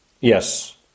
Yes